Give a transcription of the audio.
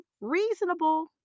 reasonable